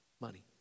money